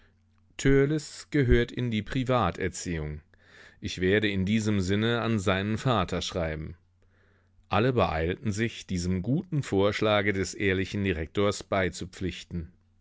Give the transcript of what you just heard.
gehört in die privaterziehung ich werde in diesem sinne an seinen vater schreiben alle beeilten sich diesem guten vorschlage des ehrlichen direktors beizupflichten